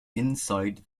inside